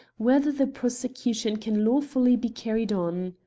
whether the prosecution can lawfully be carried on.